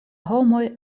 homoj